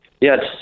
Yes